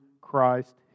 Christ